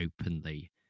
openly